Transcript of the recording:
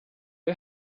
you